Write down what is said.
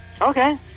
okay